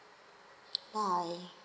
bye